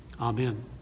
Amen